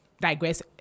digress